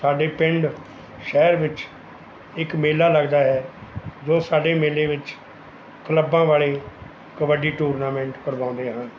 ਸਾਡੇ ਪਿੰਡ ਸ਼ਹਿਰ ਵਿੱਚ ਇੱਕ ਮੇਲਾ ਲੱਗਦਾ ਹੈ ਜੋ ਸਾਡੇ ਮੇਲੇ ਵਿੱਚ ਕਲੱਬਾਂ ਵਾਲੇ ਕਬੱਡੀ ਟੂਰਨਾਮੈਂਟ ਕਰਵਾਉਂਦੇ ਹਨ